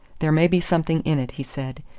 there may be something in it, he said.